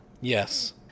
Yes